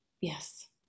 Yes